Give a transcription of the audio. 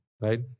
right